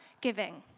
giving